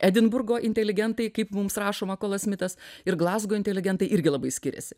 edinburgo inteligentai kaip mums rašo makolas smitas ir glazgo inteligentai irgi labai skiriasi